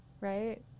right